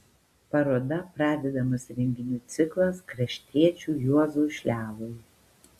paroda pradedamas renginių ciklas kraštiečiui juozui šliavui